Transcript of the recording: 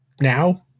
now